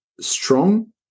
strong